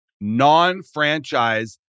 non-franchise